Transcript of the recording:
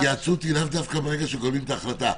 ההתייעצות היא לאו דווקא ברגע שמקבלים את ההחלטה.